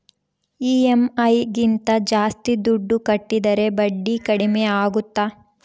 EMI ಗಿಂತ ಜಾಸ್ತಿ ದುಡ್ಡು ಕಟ್ಟಿದರೆ ಬಡ್ಡಿ ಕಡಿಮೆ ಆಗುತ್ತಾ?